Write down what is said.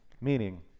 meaning